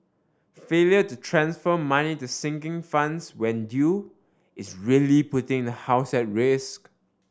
failure to transfer money to sinking funds when due is really putting the house at risk